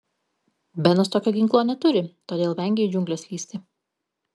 benas tokio ginklo neturi todėl vengia į džiungles lįsti